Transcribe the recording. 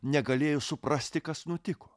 negalėjo suprasti kas nutiko